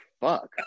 fuck